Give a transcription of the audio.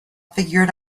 figured